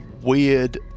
weird